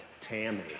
Tammy